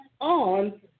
on